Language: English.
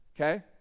okay